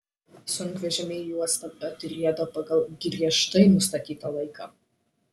sunkvežimiai į uostą atrieda pagal griežtai nustatytą laiką